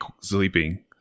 sleeping